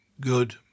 Good